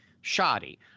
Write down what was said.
shoddy